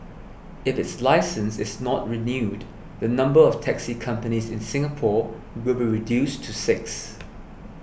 if its licence is not renewed the number of taxi companies in Singapore will be reduced to six